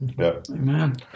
Amen